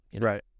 Right